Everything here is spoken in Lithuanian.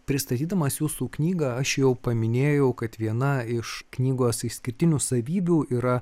pristatydamas jūsų knygą aš jau paminėjau kad viena iš knygos išskirtinių savybių yra